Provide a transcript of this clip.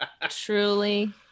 Truly